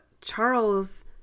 Charles